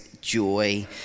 joy